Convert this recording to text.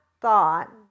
thought